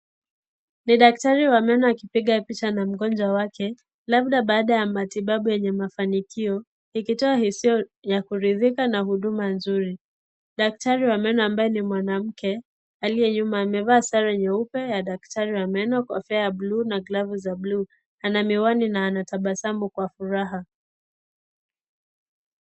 Ni daktari wa meno akipiga picha na mgonjwa wake , labda baada ya matibabu yenye mafanikio ikitoa hisia ya kurithika na huduma nzuri. Daktari wa meno ambaye ni mwanamke aliye nyuma amevaa sare nyeupe ya daktari wa meno kofia ya bluu na glavu za bluu, ana miwani na anatabasamu kwa furaha.